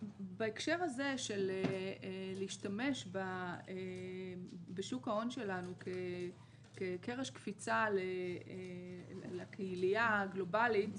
בהקשר הזה של להשתמש בשוק ההון שלנו כקרש קפיצה לקהילה הגלובאלית